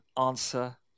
answer